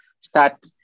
start